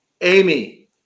Amy